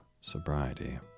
sobriety